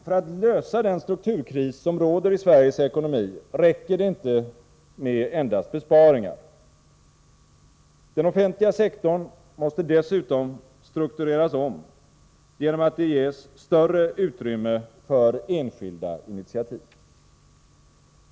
För att lösa den strukturkris som råder i Sveriges ekonomi räcker det emellertid inte med endast besparingar. Den offentliga sektorn måste dessutom struktureras om genom att det ges större utrymme för enskilda initiativ.